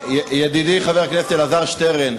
ידידי חבר הכנסת אלעזר שטרן,